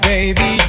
baby